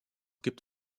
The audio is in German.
gibt